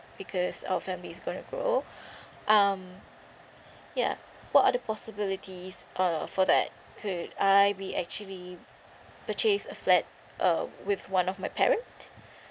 because our family is gonna grow um ya what are the possibilities uh for that could I be actually purchase a flat uh with one of my parent